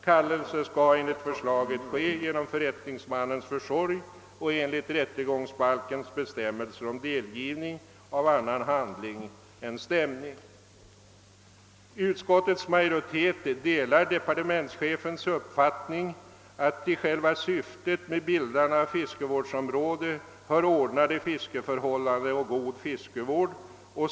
Kallelse skall enligt förslaget ske genom förrättningsmannens försorg och enligt rättegångsbalkens bestämmelser om delgivning av annan handling än stämning. Utskottets majoritet delar departementschefens uppfattning att till själva syftet med bildandet av fiskevårdsområde hör ordnade fiskeförhållanden och god fiskevård.